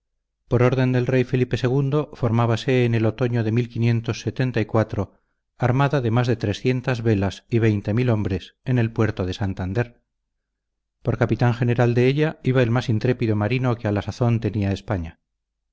por orden del rey felipe ii formábase en el otoño de armada de más de trescientas velas y veinte mil hombres en el puerto de santander por capitán general de ella iba el más intrépido marino que a la sazón tenía españa